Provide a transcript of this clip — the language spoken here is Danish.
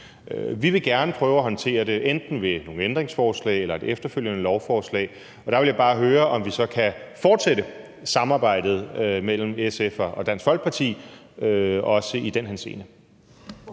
Vi vil gerne prøve at håndtere det enten ved nogle ændringsforslag eller et efterfølgende lovforslag, og der vil jeg bare høre, om vi så kan fortsætte samarbejdet mellem SF og Dansk Folkeparti, også i den henseende.